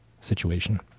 situation